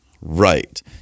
Right